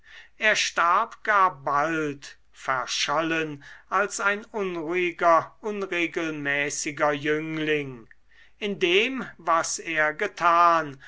er starb gar bald verschollen als ein unruhiger unregelmäßiger jüngling in dem was er getan